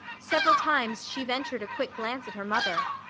several times she ventured a quick glance at her mother.